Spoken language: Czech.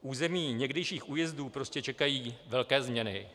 Území někdejších újezdů prostě čekají velké změny.